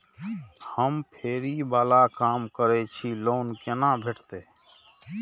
हम फैरी बाला काम करै छी लोन कैना भेटते?